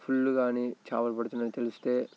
full కానీ చేపలు పడుతున్నాయని తెలిస్తే